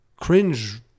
cringe